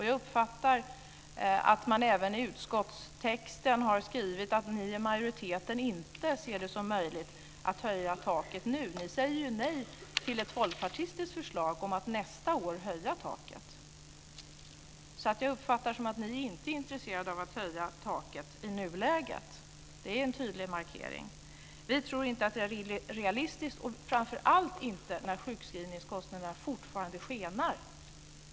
Jag uppfattar att man även i utskottstexten har skrivit att ni i majoriteten inte ser det som möjligt att höja taket nu. Ni säger ju nej till ett folkpartistiskt förslag om att nästa år höja taket. Jag uppfattar det som att ni inte är intresserade av att höja taket i nuläget. Det är en tydlig markering. Vi tror inte att det är realistiskt, framför allt inte när sjukskrivningskostnaderna fortfarande skenar.